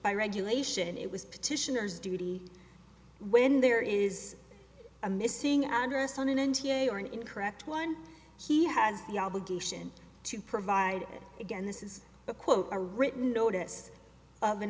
by regulation it was petitioners duty when there is a missing address on an n t i or an incorrect one he has the obligation to provide it again this is a quote a written notice of an